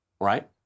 right